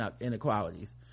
inequalities